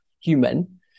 human